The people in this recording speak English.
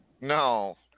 No